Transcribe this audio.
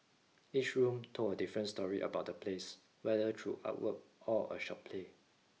each room told a different story about the place whether through artwork or a short play